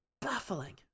Baffling